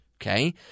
Okay